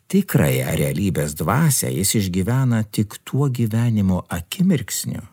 tikrąją realybės dvasią jis išgyvena tik tuo gyvenimo akimirksniu